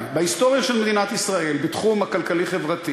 בהיסטוריה של מדינת ישראל בתחום הכלכלי-חברתי,